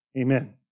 amen